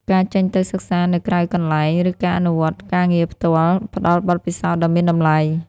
ការចេញទៅសិក្សានៅក្រៅកន្លែង ឬការអនុវត្តការងារផ្ទាល់ ផ្តល់បទពិសោធន៍ដ៏មានតម្លៃ។